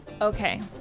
Okay